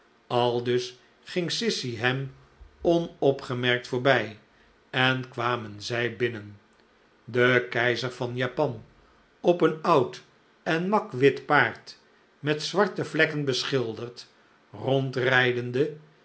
aldus ging sissy hem onopgemerkt voorbij en kwamen zij binnen de keizer van japan op een oud en mak wit paard met zwarte vlekken beschilderd